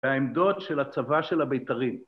והעמדות של הצבא של הבית"רים.